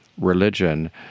religion